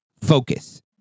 focus